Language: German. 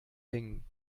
hängen